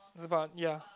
it's about yeah